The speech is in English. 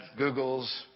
Googles